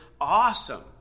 awesome